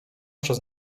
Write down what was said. przez